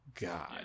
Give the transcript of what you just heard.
God